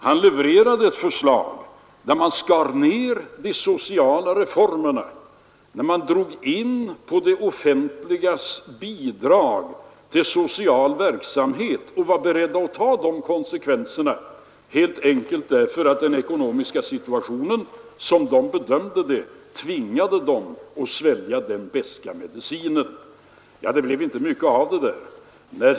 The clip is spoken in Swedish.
Han levererade ett förslag där man skar ned de sociala reformerna och drog in på det offentligas bidrag till social verksamhet. Man var beredd att ta de konsekvenserna, helt enkelt därför att den ekonomiska situationen, som man bedömde den, tvingade en att svälja den beska medicinen. Det blev inte mycket av det där.